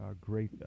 great